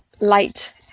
light